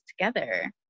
together